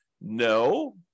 No